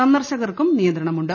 സന്ദർശകർക്കും നിയന്ത്രണമുണ്ട്